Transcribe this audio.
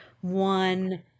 one